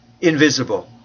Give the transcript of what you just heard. invisible